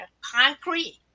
concrete